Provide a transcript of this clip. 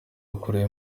ukuriye